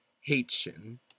Haitian